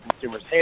consumer's